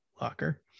locker